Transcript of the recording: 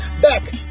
Back